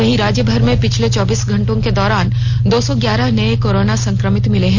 वहीं राज्यभर में पिछले चौबीस घंटे के दौरान दो सौ ग्यारह नए कोरोना संक्रमित मिले हैं